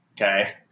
Okay